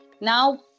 Now